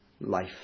life